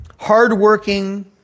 Hardworking